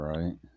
Right